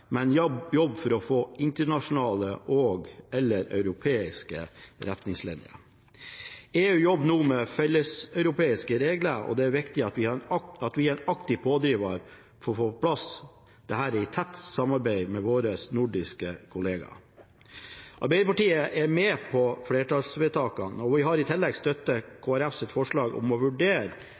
men jobber for å få internasjonale og/eller europeiske retningslinjer. EU jobber nå med felleseuropeiske regler, og det er viktig at vi er en aktiv pådriver for å få på plass dette i tett samarbeid med våre nordiske kollegaer. Arbeiderpartiet er med på flertallsvedtakene. Vi har i tillegg støttet Kristelig Folkepartis forslag om å vurdere